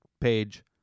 page